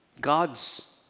God's